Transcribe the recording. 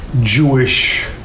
jewish